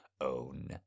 own